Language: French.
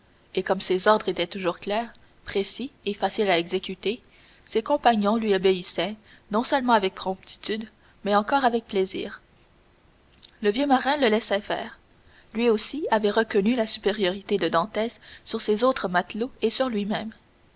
et comme ses ordres étaient toujours clairs précis et faciles à exécuter ses compagnons lui obéissaient non seulement avec promptitude mais encore avec plaisir le vieux marin le laissait faire lui aussi avait reconnu la supériorité de dantès sur ses autres matelots et sur lui-même